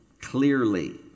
clearly